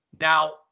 Now